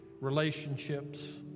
relationships